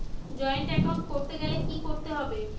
Joint account করতে গেলে কি করতে হবে?